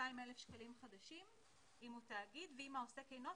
22,000 שקלים חדשים אם זה תאגיד ואם העוסק אינו תאגיד,